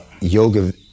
yoga